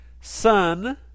Sun